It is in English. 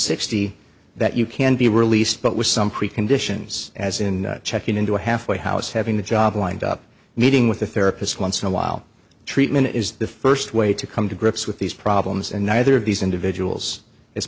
sixty that you can be released but with some preconditions as in checking into a halfway house having a job lined up meeting with a therapist once in a while treatment is the first way to come to grips with these problems and neither of these individuals